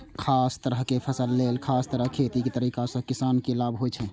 खास तरहक फसल लेल खास तरह खेतीक तरीका सं किसान के लाभ होइ छै